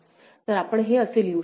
तर आपण हे असे लिहू शकतो